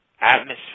atmosphere